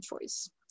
choice